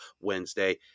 Wednesday